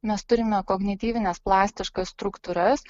mes turime kognityvines plastiškas struktūras